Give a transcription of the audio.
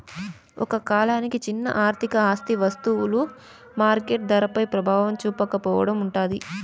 ఒక కాలానికి చిన్న ఆర్థిక ఆస్తి వస్తువులు మార్కెట్ ధరపై ప్రభావం చూపకపోవడం ఉంటాది